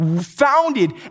founded